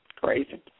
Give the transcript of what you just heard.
Crazy